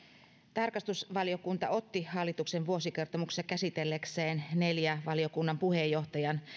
tarkastusvaliokunta otti hallituksen vuosikertomuksessa käsitelläkseen neljä valiokunnan puheenjohtajan